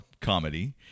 comedy